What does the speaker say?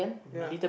ya